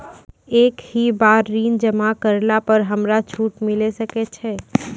एक ही बार ऋण जमा करला पर हमरा छूट मिले सकय छै?